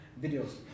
videos